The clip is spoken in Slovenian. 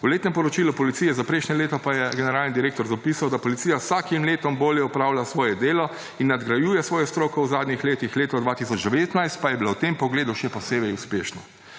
v letnem poročilu policije za prejšnje leto pa je generalni direktor zapisal, da policija z vsakim letom bolje opravlja svoje delo in nadgrajuje svojo stroko v zadnjih letih, leto 2019 pa je bilo v tem pogledu še posebej uspešno.